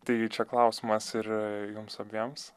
tai čia klausimas ir jums abiems